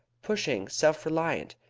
pushing, self-reliant.